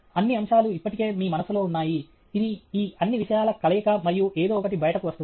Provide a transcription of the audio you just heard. అన్ని అంశాలు ఇప్పటికే మీ మనస్సులో ఉన్నాయి ఇది ఈ అన్ని విషయాల కలయిక మరియు ఏదో ఒకటి బయటకు వస్తుంది